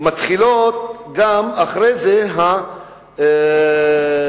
מתחילים אחרי זה גם מאסרים,